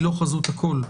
היא לא חזות הכול.